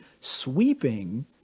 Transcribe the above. sweeping